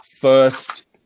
first